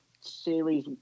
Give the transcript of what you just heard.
Series